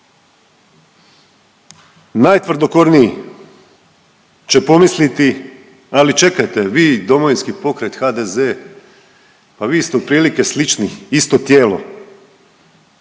Najtvrdokorniji će pomisliti ali čekajte vi Domovinski pokret, HDZ, pa vi ste otprilike slični, isto tijelo.